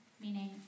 meaning